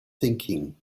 thinking